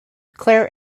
clare